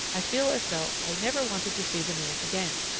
i feel as though i never wanted to see the man again.